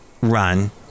run